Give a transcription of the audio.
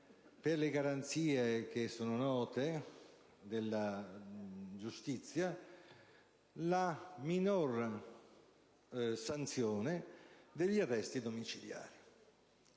per le garanzie che sono note della giustizia, la minore sanzione degli arresti domiciliari.